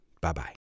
Bye-bye